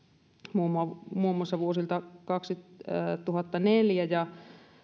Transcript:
muun muun muassa vuosilta kaksituhattaneljä ja